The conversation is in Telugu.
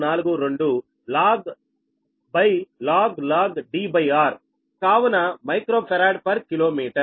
0242log Dr కావున మైక్రో ఫరాడ్ పర్ కిలోమీటర్